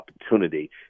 opportunity